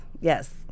Yes